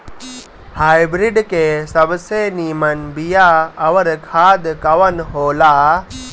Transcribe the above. Hybrid के सबसे नीमन बीया अउर खाद कवन हो ला?